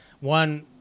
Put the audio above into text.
one